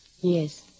Yes